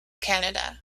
canada